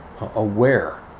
aware